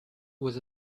was